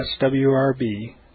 swrb